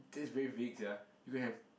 that's very vague sia you can have